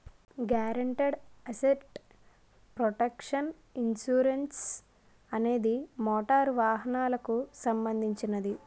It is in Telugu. గారెంటీడ్ అసెట్ ప్రొటెక్షన్ ఇన్సురన్సు అనేది మోటారు వాహనాలకు సంబంధించినది